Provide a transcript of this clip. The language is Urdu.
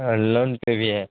ہاں لون پہ بھی ہے